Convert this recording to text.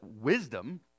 wisdom